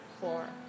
four